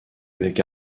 avec